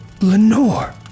Lenore